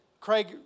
Craig